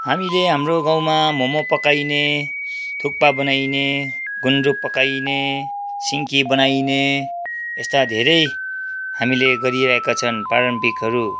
हामीले हाम्रो गाउँमा मोमो पकाइने थुक्पा बनाइने गुन्द्रुक पकाइने सिन्की बनाइने यस्ता धेरै हामीले गरिरहेका छन् पारम्परिकहरू